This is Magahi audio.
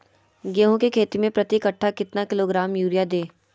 गेंहू की खेती में प्रति कट्ठा कितना किलोग्राम युरिया दे?